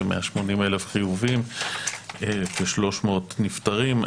כ-180,000 חיוביים ו-300 נפטרים.